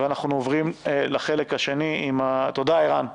תודה, ערן.